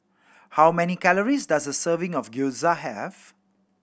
how many calories does a serving of Gyoza have